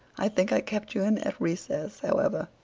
i think i kept you in at recess, however.